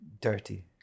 dirty